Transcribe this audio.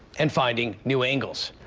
and finding new angles.